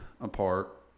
apart